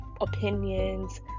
opinions